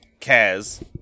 Kaz